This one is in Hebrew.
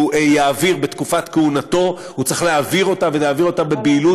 יעביר בתקופת כהונתו הוא צריך להעביר בבהילות,